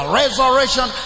resurrection